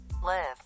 live